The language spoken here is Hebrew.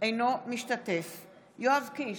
אינו משתתף בהצבעה יואב קיש,